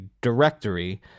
directory